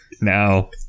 now